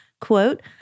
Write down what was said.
quote